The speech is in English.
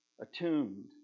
Attuned